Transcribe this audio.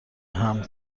حمل